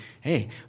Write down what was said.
hey